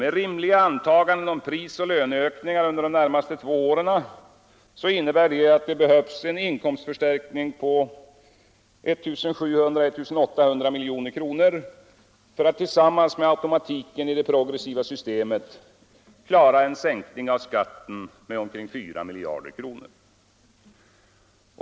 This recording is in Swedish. Med rimliga antaganden om prisoch löneökningar under de närmaste två åren innebär detta att det behövs en inkomstförstärkning på 1 700-1 800 milj.kr. för att tillsammans med automatiken i det progressiva systemet klara en sänkning av skatten med omkring 4 miljarder kr.